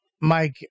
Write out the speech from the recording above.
Mike